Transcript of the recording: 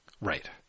Right